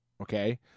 Okay